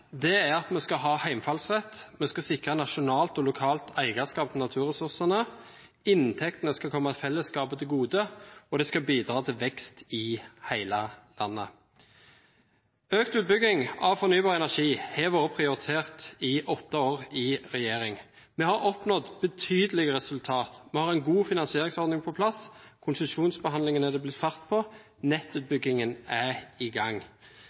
er heimfallsretten: Vi skal sikre nasjonalt og lokalt eierskap til naturressursene, inntektene skal komme fellesskapet til gode, og det skal bidra til vekst i hele landet. Økt utbygging av fornybar energi har vært prioritert i åtte år i regjering, og vi har oppnådd betydelige resultater: Vi har en god finansieringsordning på plass, konsesjonsbehandlingene er det blitt fart på, og nettutbyggingen er i gang.